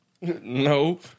No